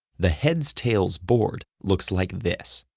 the heads tails board looks like this.